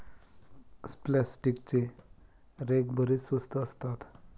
प्लास्टिकचे रेक बरेच स्वस्त असतात